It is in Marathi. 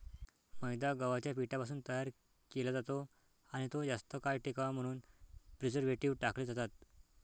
मैदा गव्हाच्या पिठापासून तयार केला जातो आणि तो जास्त काळ टिकावा म्हणून प्रिझर्व्हेटिव्ह टाकले जातात